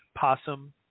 possum